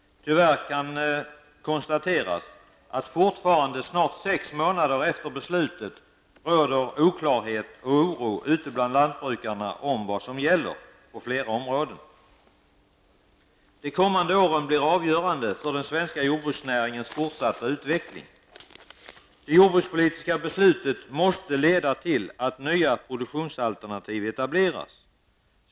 Tyvärr kan konstateras att det fortfarande, snart sex månader efter beslutet, på flera områden råder oklarhet och oro ute bland lantbrukarna om vad som gäller. De kommande åren blir avgörande för den svenska jordbruksnäringens fortsatta utveckling. Det jordbrukspolitiska beslutet måste leda till att nya produktionsalternativ etableras.